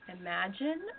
imagine